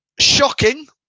shocking